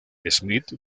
smith